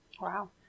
Wow